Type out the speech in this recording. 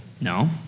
No